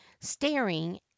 staring